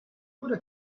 would